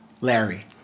Larry